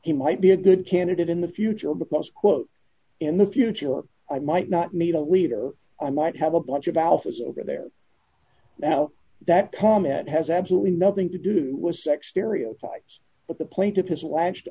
he might be a good candidate in the future because quote in the future i might not need a leader i might have a bunch of alphas over there now that comment has absolutely nothing to do was sex stereotypes but the plaintiff has latched